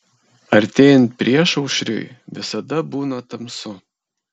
artėjant priešaušriui visada būna tamsu